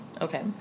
Okay